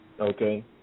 okay